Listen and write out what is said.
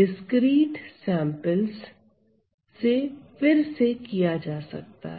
discrete samples से फिर से किया जा सकता है